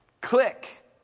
click